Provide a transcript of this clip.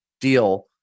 deal